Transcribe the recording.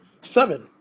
seven